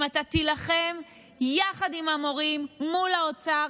אם אתה תילחם יחד עם המורים מול האוצר